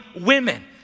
women